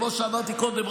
כמו שאמרתי קודם,